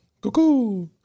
cuckoo